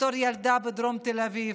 בתור ילדה בדרום תל אביב.